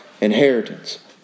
inheritance